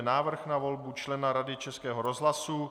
Návrh na volbu člena Rady Českého rozhlasu